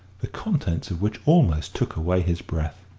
the contents of which almost took away his breath.